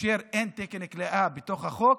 וכאשר אין תקן כליאה בתוך החוק,